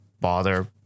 bother